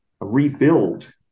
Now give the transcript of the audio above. rebuild